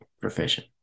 profession